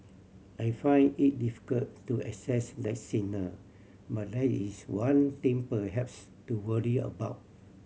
I find it difficult to assess that signal but that is one thing perhaps to worry about